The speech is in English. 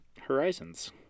horizons